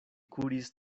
kuris